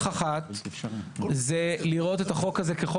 אבל חשבנו שנכון להשיב את המצב לקדמותו,